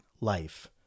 life